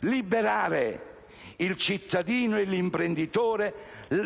liberare il cittadino e l'imprenditore